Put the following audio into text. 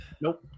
Nope